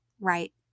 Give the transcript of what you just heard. right